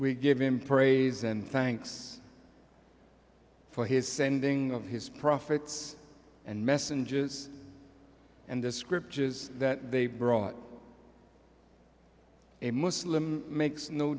we give him praise and thanks for his sending his prophets and messengers and the scriptures that they brought a muslim makes no